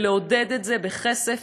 ולעודד את זה בכסף,